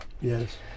yes